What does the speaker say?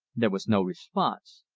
there was no response.